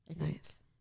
Nice